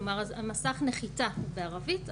כלומר המסך נחיתה בערבית,